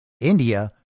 India